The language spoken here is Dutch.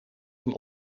van